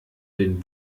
den